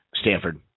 Stanford